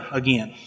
again